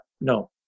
No